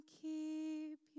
keep